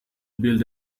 build